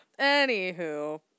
Anywho